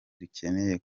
dukeneye